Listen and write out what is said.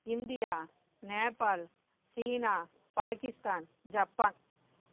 India Nepal China Pakistan Japan